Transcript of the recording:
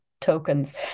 tokens